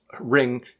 ring